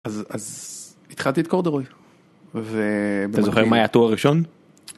אז אז התחלתי את קורדרוי ואתה זוכר מהתואר ראשון.